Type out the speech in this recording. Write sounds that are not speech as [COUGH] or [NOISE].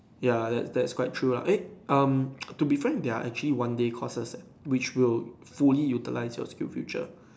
ya that that's quite true lah eh um [NOISE] to be frank there are actually one day courses eh which will fully utilize your SkillsFuture